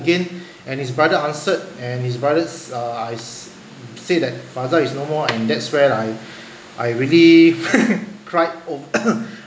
again and his brother answered and his brother's uh said that faisal is no more and that's when I I really cried over